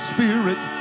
Spirit